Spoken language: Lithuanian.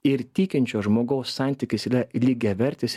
ir tikinčio žmogaus santykis yra lygiavertis